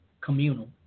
communal